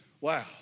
Wow